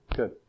Good